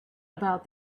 about